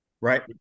Right